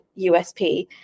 USP